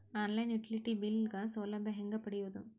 On line utility bill ಗ ಸೌಲಭ್ಯ ಹೇಂಗ ಪಡೆಯೋದು?